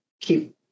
keep